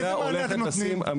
איזה מענה אתם נותנים?